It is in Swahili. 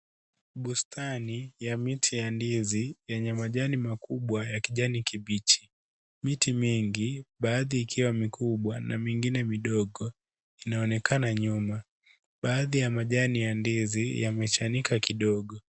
Bustani ya miti ya ndizi yenye majani makubwa ya kijani kibichi. Miti mingi baadhi ikiwa mikubwa na mingine midogo inaonekana nyuma. Baadhi ya majani ya ndizi yamechanika kidogo.